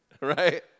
right